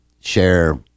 share